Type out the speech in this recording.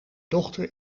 dochter